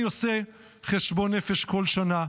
אני עושה חשבון נפש כל שנה,